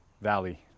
valley